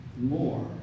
more